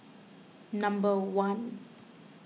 number one